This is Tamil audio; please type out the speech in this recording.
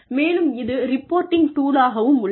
மேலும் இது ரிப்போட்டிங் டூலாகவும் உள்ளது